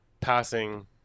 passing